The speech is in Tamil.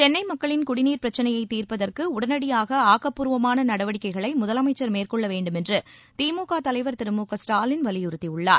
சென்னை மக்களின் குடிநீர் பிரச்னையைத் தீர்ப்பதற்கு உடனடியாக ஆக்கப்பூர்வமான நடவடிக்கைகளை முதலமைச்சர் மேற்கொள்ள வேண்டுமென்று திமுக தலைவர் திரு மு க ஸ்டாலின் வலியுறுத்தியுள்ளார்